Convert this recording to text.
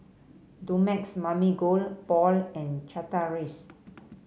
Dumex Mamil Gold Paul and Chateraise